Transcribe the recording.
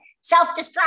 self-destruct